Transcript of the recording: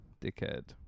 dickhead